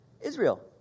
Israel